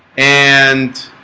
and